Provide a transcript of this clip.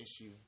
issue